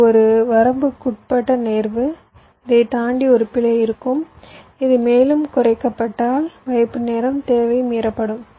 இது ஒரு வரம்புக்குட்பட்ட நேர்வு இதைத் தாண்டி ஒரு பிழை இருக்கும் இது மேலும் குறைக்கப்பட்டால் வைப்பு நேரத் தேவை மீறப்படும்